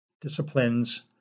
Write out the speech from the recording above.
disciplines